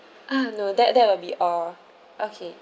ah no that that will be uh okay